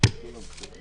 יש אופציות,